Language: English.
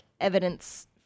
evidence